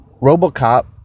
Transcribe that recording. Robocop